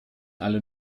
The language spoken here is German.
alle